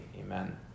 amen